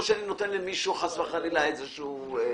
לא שאני נותן למישהו חס וחלילה איזה תירוץ.